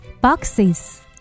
boxes